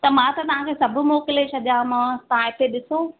त मां त तव्हांखे सभु मोकिले छॾियोमांव तव्हां हिते ॾिसो